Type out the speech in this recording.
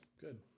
Good